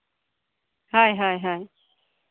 ᱦᱳᱭ ᱦᱳᱭ